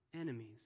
enemies